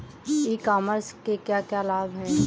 ई commerce के क्या क्या लाभ हैं?